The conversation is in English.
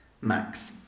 Max